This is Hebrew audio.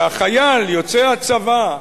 והחייל יוצא הצבא,